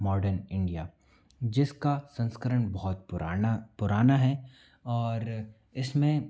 modern India जिसका संस्करण बहुत पुराना है और इसमें